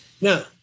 Now